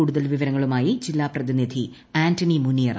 കൂടുതൽ വിവരങ്ങളുമായി ജില്ലാ പ്രതിനിധി ആന്റണി മുനിയറ